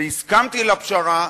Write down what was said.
והסכמתי לפשרה,